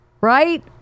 Right